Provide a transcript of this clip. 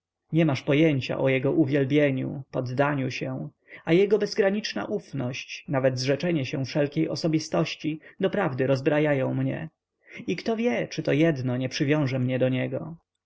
nie masz pojęcia o jego uwielbieniu poddaniu się a jego bezgraniczna ufność nawet zrzeczenie się wszelkiej osobistości doprawdy rozbrajają mnie i kto wie czy to jedno nie przywiąże mnie do niego